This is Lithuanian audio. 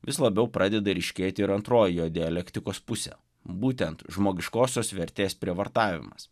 vis labiau pradeda ryškėti ir antroji jo dialektikos pusė būtent žmogiškosios vertės prievartavimas